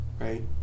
right